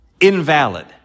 Invalid